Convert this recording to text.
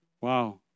Wow